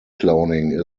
cloning